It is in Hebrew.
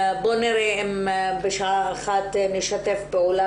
בואו נראה אם בשעה 13:00 נשתף פעולה